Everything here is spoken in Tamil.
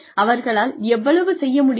அவர்களால் எவ்வளவு செய்ய முடியும்